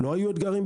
לא היו אתגרים?